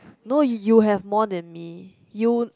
no you have more than me you